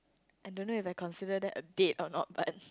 I don't know if I consider that a date or not but